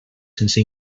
sense